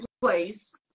place